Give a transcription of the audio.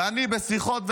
ואני בשיחות,